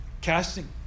Casting